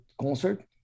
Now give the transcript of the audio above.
concert